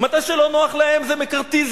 מתי שלא נוח להם זה מקארתיזם.